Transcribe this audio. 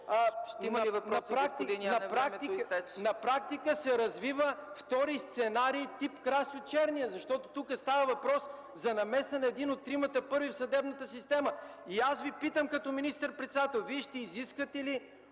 практика се развива втори сценарий тип Красьо Черния, защото тук става въпрос за намеса на един от тримата първи в съдебната система. Аз Ви питам като министър-председател: Вие ще изискате ли